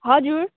हजुर